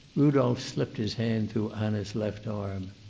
rudolph slipped his hand through anna's left arm.